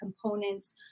components